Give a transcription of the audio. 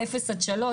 0-3,